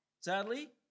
sadly